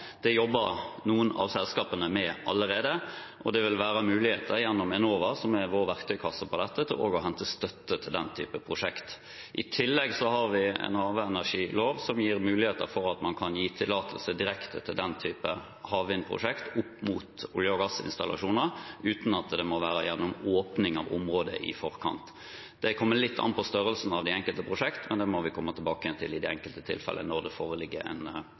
Det jobber noen av selskapene med allerede. Det vil være muligheter gjennom Enova, som er vår verktøykasse for dette, til å hente støtte til den type prosjekter. I tillegg har vi en havenergilov, som gir muligheter for at man kan gi tillatelse direkte til den type havvindprosjekter knyttet opp mot olje- og gassinstallasjoner, uten at det må være gjennom åpning av området i forkant. Det kommer litt an på størrelsen på de enkelte prosjektene. Det må vi komme tilbake til i de enkelte tilfeller når det foreligger en